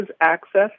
access